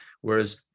whereas